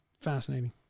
Fascinating